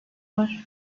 var